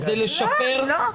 לא.